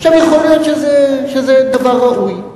יכול להיות שזה דבר ראוי,